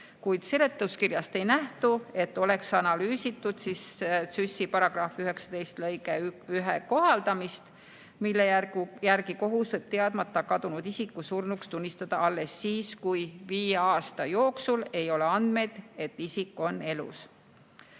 Kuid seletuskirjast ei nähtu, et oleks analüüsitud TsÜS-i § 19 lõike 1 kohaldamist, mille järgi kohus võib teadmata kadunud isiku surnuks tunnistada alles siis, kui viie aasta jooksul ei ole andmeid, et isik on elus.